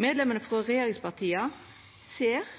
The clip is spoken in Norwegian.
Medlemene frå regjeringspartia ser